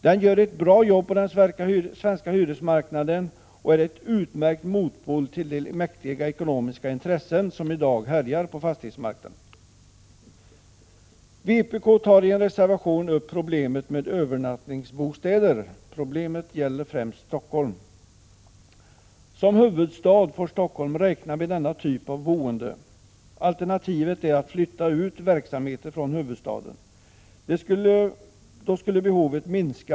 Den gör ett bra jobb på den svenska hyresmarknaden och är en utmärkt motpol till de mäktiga ekonomiska intressen som i dag härjar på fastighetsmarknaden. Vpk tar i en reservation upp problemet med övernattningsbostäder. Problemet gäller främst Stockholm. Som huvudstad får Stockholm räkna med denna typ av boende. Alternativet är att flytta ut verksamheter från huvudstaden. Då skulle behovet minska.